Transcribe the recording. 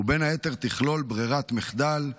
ובין היתר תכלול ברירת מחדל,